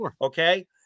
okay